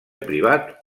privat